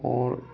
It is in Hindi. और